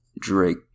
Drake